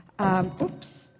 Oops